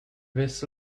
this